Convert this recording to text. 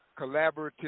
collaborative